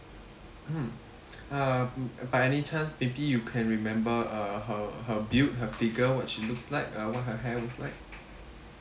mmhmm uh by any chance maybe you can remember uh her her built her figure what she looks like uh what her hair looks like